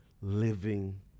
living